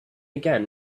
again